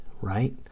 right